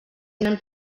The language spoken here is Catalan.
tenen